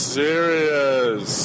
serious